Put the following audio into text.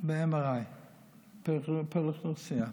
ב-MRI פר אוכלוסייה.